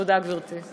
תודה, גברתי.